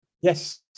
yes